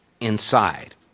inside